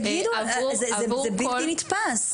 זה בלתי נתפס.